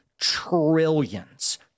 trillions